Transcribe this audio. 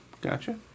gotcha